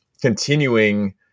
continuing